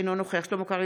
אינו נוכח שלמה קרעי,